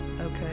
Okay